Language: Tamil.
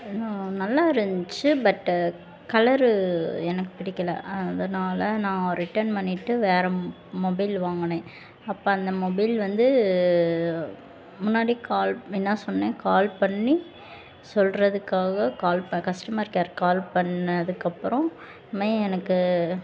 ஏன்னா நல்லா இருந்துச்சு பட்டு கலரு எனக்கு பிடிக்கலை அதனால் நான் ரிட்டர்ன் பண்ணிட்டு வேற மொபைல் வாங்கினேன் அப்போ அந்த மொபைல் வந்து முன்னாடி கால் என்ன சொன்னேன் கால் பண்ணி சொல்கிறதுக்காக கால் ப கஸ்டமர் ஹேர் கால் பண்ணதுக்கு அப்புறம் இதுவுமே எனக்கு